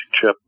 chip